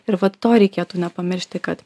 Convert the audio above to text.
ir vat to reikėtų nepamiršti kad